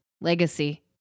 legacy